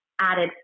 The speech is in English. added